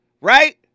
Right